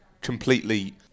completely